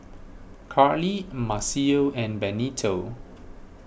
Karlie Maceo and Benito